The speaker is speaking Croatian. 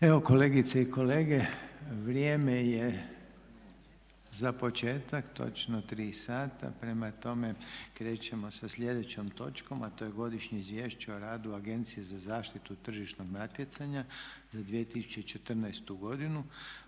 Evo kolegice i kolege, vrijeme je za početak. Točno tri sata, prema tome krećemo sa sljedećom točkom a to je - Godišnje izvješće o radu Agencije za zaštitu tržišnog natjecanja za 2014. godinu